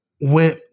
went